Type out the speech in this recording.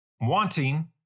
wanting